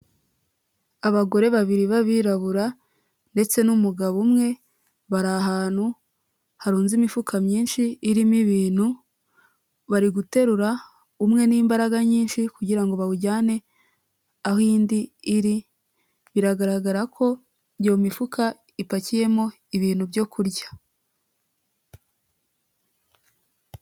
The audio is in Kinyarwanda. Abagore babiri b'abirabura ndetse n'umugabo umwe bari ahantu harunze imifuka myinshi irimo ibintu, bari guterura umwe n'imbaraga nyinshi kugira ngo bawujyane aho indi iri biragaragara ko iyo mifuka ipakiyemo ibintu byo kurya.